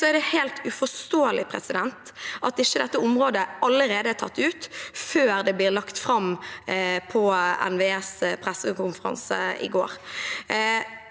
er det helt uforståelig at dette området ikke allerede er tatt ut, før det ble lagt fram på NVEs pressekonferanse i går.